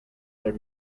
their